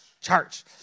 Church